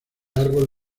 árbol